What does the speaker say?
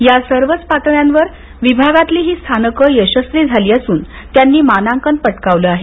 या सर्वच पातळ्यांवर विभागातली ही स्थानकं यशस्वी झाली असून त्यांनी मानांकन पटकाविले आहे